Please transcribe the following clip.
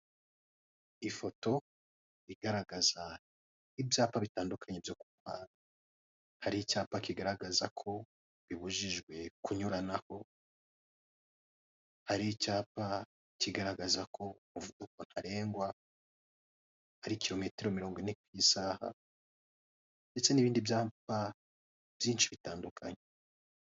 Ifoto igaragaza ibyapa bitandukanye byo kumuhanda hari icyapa kigaragaza ko bibujijwe kunyuranaho, hari icyapa kigaragaza ko umuvuduko ntarengwa ari kilometero mirongo ine ku isaha ndetse n'ibindi byapa byinshi bitandukanye.